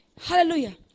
Hallelujah